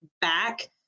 back